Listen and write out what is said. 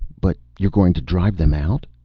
but you're going to drive them out?